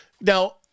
now